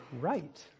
right